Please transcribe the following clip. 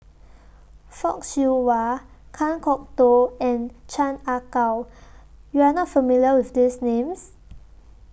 Fock Siew Wah Kan Kwok Toh and Chan Ah Kow YOU Are not familiar with These Names